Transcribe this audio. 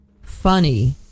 funny